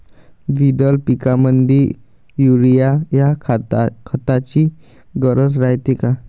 द्विदल पिकामंदी युरीया या खताची गरज रायते का?